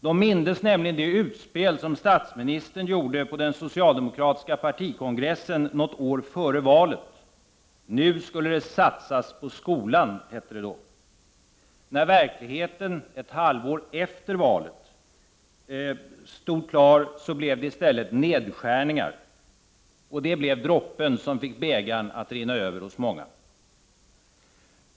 De mindes nämligen det utspel som statsministern gjorde på den socialdemokratiska partikongressen något år före valet: Nu skulle det satsas på skolan. När det i verkligheten, ett halvår efter valet, visade sig bli nedskärningar, blev det droppen som fick bägaren att rinna över hos många.